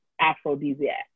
aphrodisiac